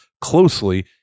closely